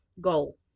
goal